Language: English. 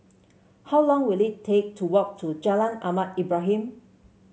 how long will it take to walk to Jalan Ahmad Ibrahim